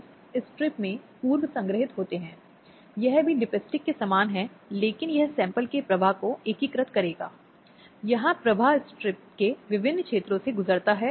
मैं क्यों कहता हूं कि शीघ्रता से क्योंकि सभी कार्यवाही का निपटान कार्यवाही शुरू होने के 60 दिनों के भीतर होना है